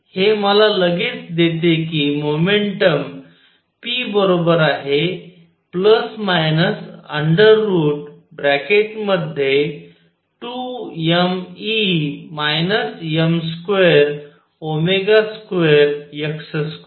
हे मला लगेच देते की मोमेंटम p ±√